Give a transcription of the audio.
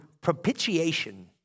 propitiation